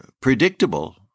predictable